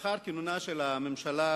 לאחר כינונה של הממשלה